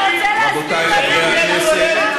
אתה רוצה להסביר לנו למה